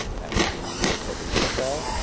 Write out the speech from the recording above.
that would be, we'll type in football.